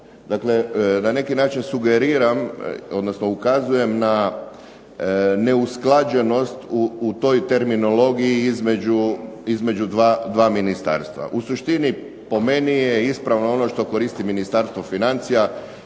Dakle na neki način sugeriram, odnosno ukazujem na neusklađenost u toj terminologiji između dva ministarstva. U suštini po meni je ispravno ono što koristi Ministarstvo financija,